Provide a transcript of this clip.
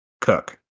Cook